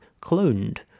cloned